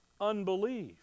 unbelief